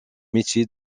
métier